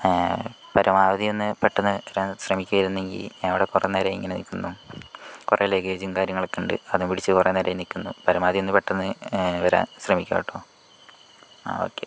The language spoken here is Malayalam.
പരമാവധി ഒന്ന് പെട്ടെന്ന് ഒന്ന് വരാൻ ശ്രമിക്കുകയായിരുന്നെങ്കിൽ നമ്മള് കുറെ നേരായി ഇങ്ങനെ നിൽക്കുന്നു കുറെ ലഗേജും കാര്യങ്ങളൊക്കെ ഉണ്ട് അതും പിടിച്ചു കുറെ നേരായി നിക്കുന്നു പരമാവധി ഒന്ന് പെട്ടെന്ന് വരാൻ ശ്രമിക്കുക കേട്ടോ ആ ഓക്കേ